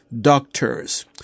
Doctors